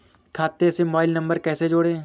खाते से mobile number कैसे जोड़ें?